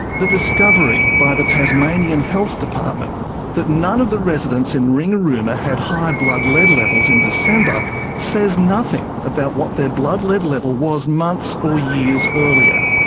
the discovery by the tasmanian health department that none of the residents in ringarooma had high blood lead levels in december says nothing about what their blood lead level was months or years earlier.